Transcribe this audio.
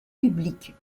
publique